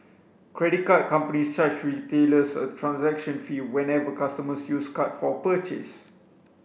credit card companies charge retailers a transaction fee whenever customers use card for a purchase